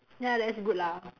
ya that's good lah